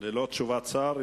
ללא תשובת שר.